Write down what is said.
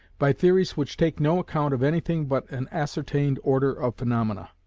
by theories which take no account of anything but an ascertained order of phaenomena.